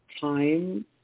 time